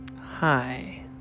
Hi